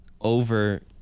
over